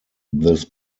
this